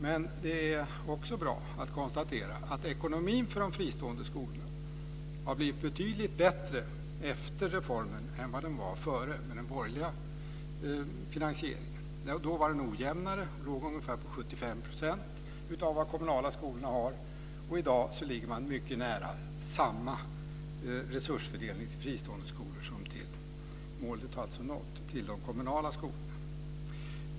Man kan också konstatera att ekonomin för de fristående skolorna har blivit betydligt bättre efter reformen än vad den var före med den borgerliga finansieringen. Då var den ojämnare och låg på ungefär 75 % av vad de kommunala skolorna hade. I dag ligger man mycket nära samma resursfördelning till fristående skolor som till de kommunala skolorna. Målet har alltså nåtts.